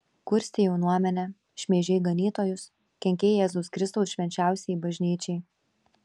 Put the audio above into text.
kurstei jaunuomenę šmeižei ganytojus kenkei jėzaus kristaus švenčiausiajai bažnyčiai